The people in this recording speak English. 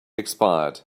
expired